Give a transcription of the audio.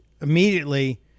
immediately